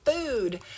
food